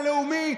הלאומי,